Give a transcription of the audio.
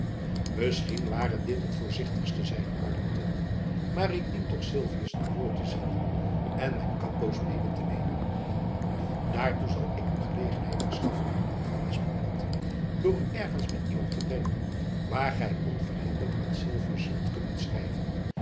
misschien ware dit het voorzichtigste zeide arlington maar ik dien toch sylvius een woord te zenden en mijn kapdoos mede te nemen daartoe zal ik u gelegenheid verschaffen hernam van espenblad door u ergens by iemand te brengen waar gy on verhinderd aan sylvius zult kunnen schrijven